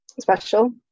special